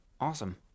Awesome